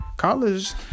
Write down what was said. college